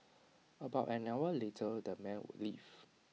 about an hour later the men would leave